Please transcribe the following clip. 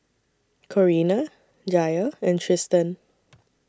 Corinna Jair and Tristan